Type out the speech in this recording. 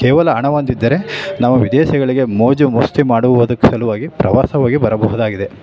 ಕೇವಲ ಹಣವೊಂದಿದ್ದರೆ ನಾವು ವಿದೇಶಗಳಿಗೆ ಮೋಜು ಮಸ್ತಿ ಮಾಡುವುದಕ್ಕೆ ಸಲುವಾಗಿ ಪ್ರವಾಸವಾಗಿ ಬರಬಹುದಾಗಿದೆ